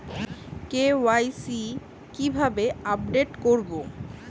KYC কিভাবে update করব?